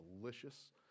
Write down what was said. delicious